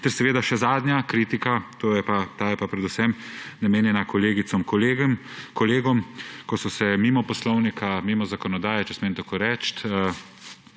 Ter še zadnja kritika, ta je pa predvsem namenjena kolegicam, kolegom, ki so se mimo poslovnika, mimo zakonodaje, če smem tako reči,